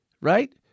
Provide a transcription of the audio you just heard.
right